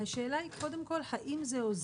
השאלה היא קודם כל האם זה עוזר.